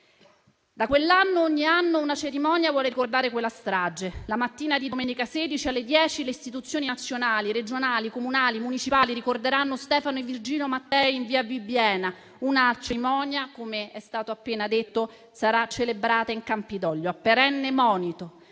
Da quell'anno, ogni anno, una cerimonia vuole ricordare quella strage. La mattina di domenica 16 aprile alle ore 10 le istituzioni nazionali, regionali, comunali e municipali ricorderanno Stefano e Virgilio Mattei in via Bibbiena. Una cerimonia, com'è stato appena detto, sarà celebrata in Campidoglio, a perenne monito,